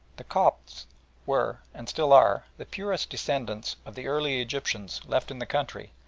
the copts were, and still are, the purest descendants of the early egyptians left in the country,